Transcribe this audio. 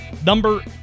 Number